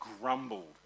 grumbled